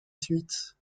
suite